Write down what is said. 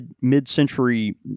mid-century